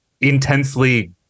Intensely